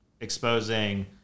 exposing